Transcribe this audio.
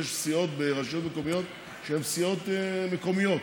יש סיעות ברשויות מקומיות שהן סיעות מקומיות,